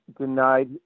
denied